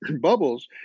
Bubbles